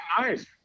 Nice